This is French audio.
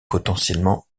potentiellement